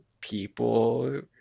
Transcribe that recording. people